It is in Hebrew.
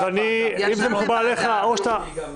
אם זה מקובל עליך -- מקובל.